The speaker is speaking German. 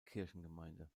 kirchengemeinde